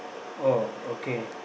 oh okay